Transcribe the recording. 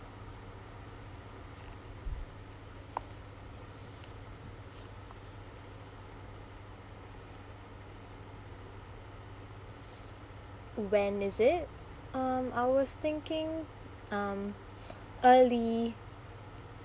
when is it um I was thinking um early